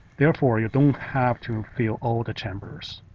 therefore, you don't have to fill all the chambers.